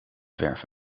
verven